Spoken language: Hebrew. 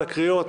בכל הקריאות.